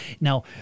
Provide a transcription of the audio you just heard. Now